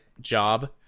job